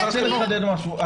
אני רוצה לחדד משהו.